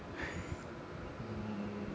um